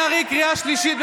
מירב בן ארי, קריאה שלישית.